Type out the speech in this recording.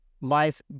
life